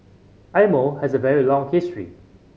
Eye Mo has a very long history